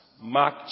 Mark